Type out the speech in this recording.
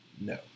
No